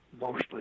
Mostly